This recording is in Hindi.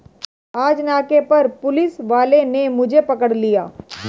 आज नाके पर पुलिस वाले ने मुझे पकड़ लिया